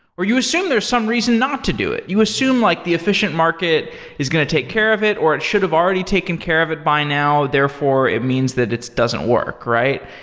or you assumed there's some reason not to do it. you assumed like the efficient market is going to take care of it or it should have already taken care of it by now. therefore, it means that it doesn't work, right?